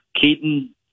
Keaton